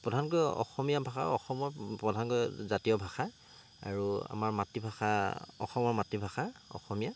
প্ৰধানকৈ অসমীয়া ভাষা অসমৰ প্ৰধানকৈ জাতীয় ভাষা আৰু আমাৰ মাতৃভাষা অসমৰ মাতৃভাষা অসমীয়া